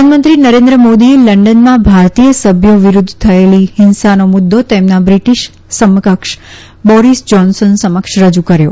પ્રધાનમંત્રી નરેન્દ્ર મોદીએ ભારતીય મહાનુભાવો વિરૂધ્ધ થયેલી હિંસાનો મુદૃ તેમના બ્રિટીશ સમકક્ષ બોરીસ જાન્શન સમક્ષ રજુ કર્યો